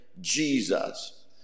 Jesus